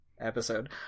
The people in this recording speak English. episode